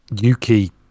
Yuki